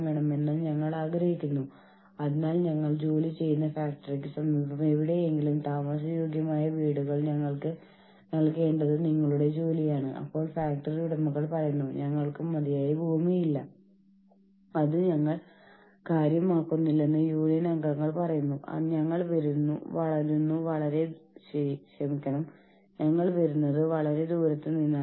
അതായത് നമ്മൾ സംസാരിക്കുന്നത് യഥാർത്ഥത്തിൽ ജോലി ചെയ്യുന്ന ആളുകളും ഒപ്പം ജോലി ചെയ്യുന്ന ആളുകൾ അവരുടെ ജോലി സംഘടനയുടെ നിയമങ്ങളുടെയും നയങ്ങളുടെയും അതിരുകൾക്കുള്ളിൽ നിന്നുകൊണ്ടും രാജ്യത്തിന്റെ നിയമവും അനുസരിച്ചാണ് ചെയുന്നതെന്ന് ഉറപ്പാക്കുന്ന ആളുകളും ഇവർ തമ്മിലുള്ള ബന്ധത്തെക്കുറിച്ചാണ്